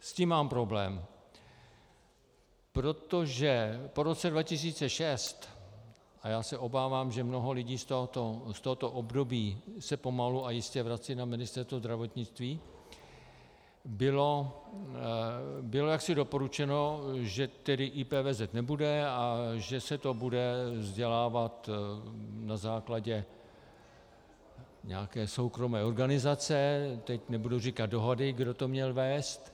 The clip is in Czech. S tím mám problém, protože po roce 2006, a já se obávám, že mnoho lidí z tohoto období se pomalu a jistě vrací na Ministerstvo zdravotnictví, bylo jaksi doporučeno, že IPVZ nebude a že se to bude vzdělávat na základě nějaké soukromé organizace teď nebudu říkat dohady, kdo to měl vést.